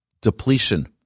depletion